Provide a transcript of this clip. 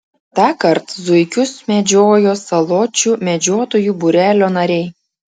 tąkart zuikius medžiojo saločių medžiotojų būrelio nariai